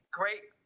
great